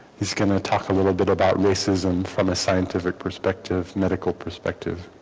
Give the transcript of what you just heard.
is going to talk a little bit about racism from a scientific perspective medical perspective